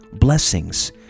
blessings